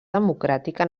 democràtica